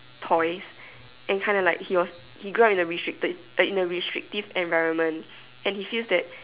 toys and kind of like he was he grow up in a restricted restrictive environment and he feels that